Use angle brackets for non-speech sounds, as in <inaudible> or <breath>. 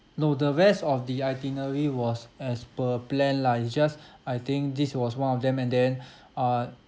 no the rest of the itinerary was as per plan lah it's just I think this was one of them and then <breath> uh